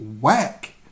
whack